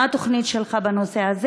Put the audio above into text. מה התוכנית שלך בנושא הזה?